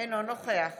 אינו נוכח